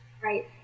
right